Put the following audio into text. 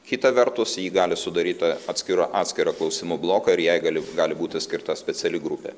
kita vertus jį gali sudaryti atskira atskirą klausimų bloką ir jei gali gali būti skirta speciali grupė